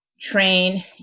train